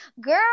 girl